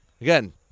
again